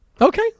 Okay